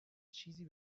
چیزی